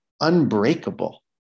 unbreakable